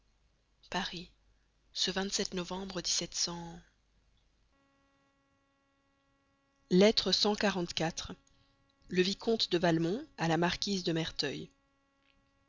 paris ce novembre lettre le vicomte de valmont à la marquise de merteuil